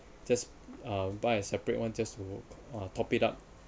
just uh buy a separate one just to uh top it up